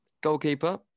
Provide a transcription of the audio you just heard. goalkeeper